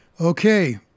Okay